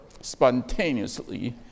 spontaneously